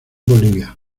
bolivia